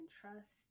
trust